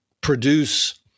produce